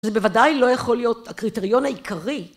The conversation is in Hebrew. זה בוודאי לא יכול להיות הקריטריון העיקרי.